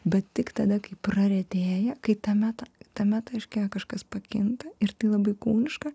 bet tik tada kai praretėja kai tame tame taške kažkas pakinta ir tai labai kūniška